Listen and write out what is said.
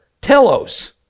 telos